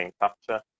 capture